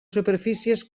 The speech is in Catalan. superfícies